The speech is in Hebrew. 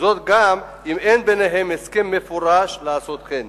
וזאת גם אם אין ביניהם הסכם מפורש לעשות כן.